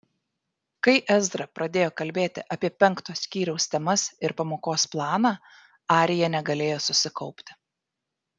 kai ezra pradėjo kalbėti apie penkto skyriaus temas ir pamokos planą arija negalėjo susikaupti